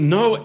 no